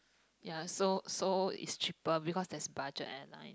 ya so so it's cheaper because there's budget airline